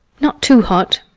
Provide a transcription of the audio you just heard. not too hot.